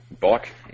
bike